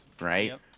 right